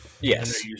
Yes